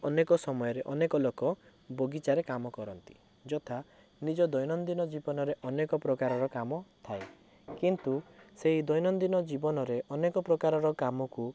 ଅନେକ ସମୟରେ ଅନେକ ଲୋକ ବଗିଚାରେ କାମ କରନ୍ତି ଯଥା ନିଜ ଦୈନନ୍ଦୀନ ଜୀବନରେ ଅନେକ ପ୍ରକାରର କାମ ଥାଏ କିନ୍ତୁ ସେହି ଦୈନନ୍ଦୀନ ଜୀବନରେ ଅନେକ ପ୍ରକାରର କାମକୁ